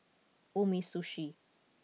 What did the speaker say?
Umisushi